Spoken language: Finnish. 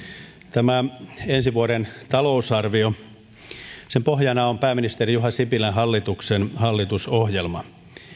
tämän ensi vuoden talousarvion pohjana on pääministeri juha sipilän hallituksen hallitusohjelma